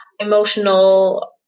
emotional